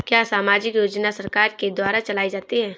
क्या सामाजिक योजना सरकार के द्वारा चलाई जाती है?